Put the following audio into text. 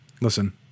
Listen